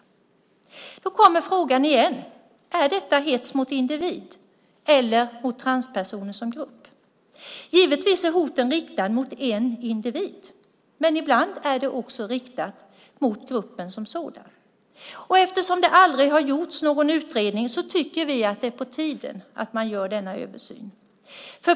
Då kommer frågan igen: Är detta hets mot individ eller mot transpersoner som grupp? Givetvis är hotet riktat mot en individ, men ibland är det också riktat mot gruppen som sådan. Eftersom det aldrig har gjorts någon utredning tycker vi att det är på tiden att man gör denna översyn.